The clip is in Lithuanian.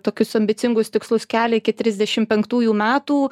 tokius ambicingus tikslus kelia iki trisdešim penktųjų metų